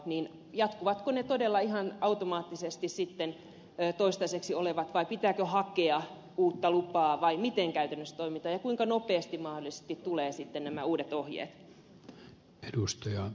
eli jatkuvatko ne toistaiseksi voimassa olevat luvat todella ihan automaattisesti vai pitääkö hakea uutta lupaa vai miten käytännössä toimitaan ja kuinka nopeasti mahdollisesti tulevat sitten nämä uudet ohjeet